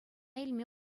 илме